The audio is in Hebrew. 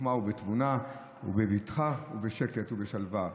בחוכמה ובתבונה ובבטחה ובשקט ובשלווה.